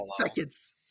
seconds